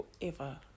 forever